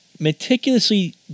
meticulously